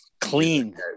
clean